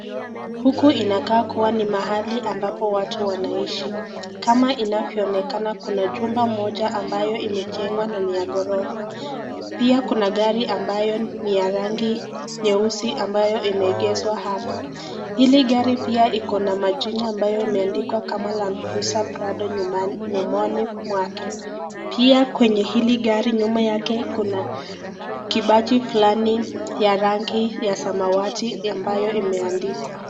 Huku inakaa kuwa ni mahali ambapo watu wanaishi. Kama inavyoonekana, kuna chumba moja ambayo imejengwa ndani ya gorofa. Pia kuna gari ambayo ni ya rangi nyeusi ambayo imeegezwa hapa. Hili gari pia iko na majina ambayo imeandikwa kama(cs) Land Cruiser Prado(cs) nyuma yake. Pia kwenye hili gari nyuma yake iko na kibaji fulani ya rangi ya samawati ambayo imeandikwa.